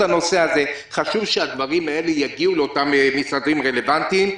חשוב שהדברים האלה יגיעו לאותם גופים רלוונטיים.